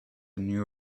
new